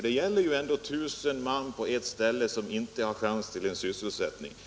Det gäller ändå 1000 man på ett — järn och stålställe som inte har chans till sysselsättning!